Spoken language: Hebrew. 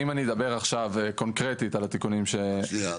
אם אני אדבר עכשיו קונקרטית על התיקונים --- רק שנייה,